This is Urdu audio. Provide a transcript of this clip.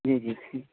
جی جی جی